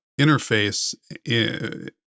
interface